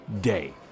day